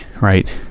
right